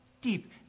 deep